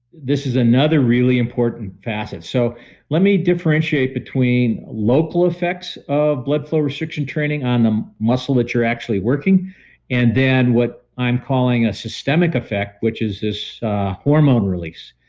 this is another really important facet. so let me differentiate between local effects of blood flow restriction training on the um muscle that you're actually working and then what i'm calling a systemic effect which is this hormone release.